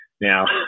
Now